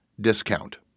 discount